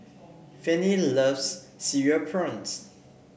Fannie loves Cereal Prawns